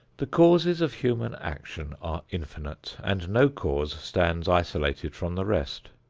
the causes of human action are infinite, and no cause stands isolated from the rest.